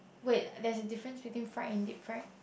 wait there's a difference between fried and deep fried